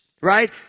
right